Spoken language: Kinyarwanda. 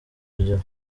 rugero